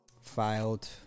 filed